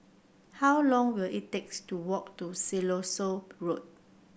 how long will it takes to walk to Siloso Road